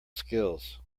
skills